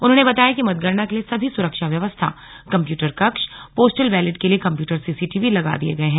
उन्होंने बताया कि मतगणना के लिए सभी सुरक्षा व्यवस्था कम्प्यूटर कक्ष पोस्टल वैलेट के लिए कम्प्यूटर सीसीटीवी लगा दिये गये हैं